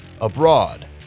Abroad